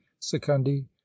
secundi